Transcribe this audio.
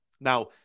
Now